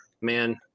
Man